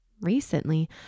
recently